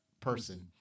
person